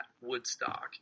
Woodstock